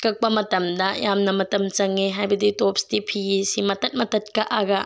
ꯀꯛꯄ ꯃꯇꯝꯗ ꯌꯥꯝꯅ ꯃꯇꯝ ꯆꯪꯉꯦ ꯍꯥꯏꯕꯗꯤ ꯇꯣꯞꯁꯇꯤ ꯐꯤꯁꯦ ꯃꯇꯠ ꯃꯇꯠ ꯀꯛꯑꯒ